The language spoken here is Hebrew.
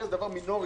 זה דבר מינורי.